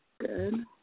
Good